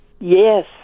Yes